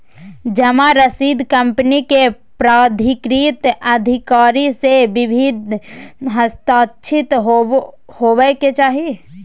जमा रसीद कंपनी के प्राधिकृत अधिकारी से विधिवत हस्ताक्षरित होबय के चाही